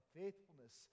faithfulness